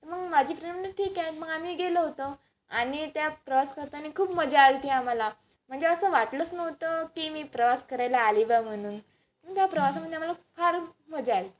मग माझी फ्रेंड म्हणाली ठीक आहे मग आम्ही गेलो होतो आणि त्या प्रवास करताना खूप मजा आली होती आम्हाला म्हणजे असं वाटलंच नव्हतं की मी प्रवास करायला आली बा म्हणून त्या प्रवासामध्ये आम्हाला फार मजा आली